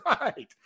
right